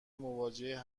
مواجه